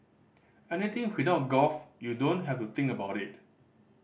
anything without golf you don't have to think about it